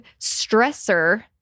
stressor